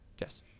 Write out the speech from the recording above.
yes